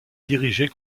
dirigée